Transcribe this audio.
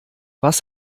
was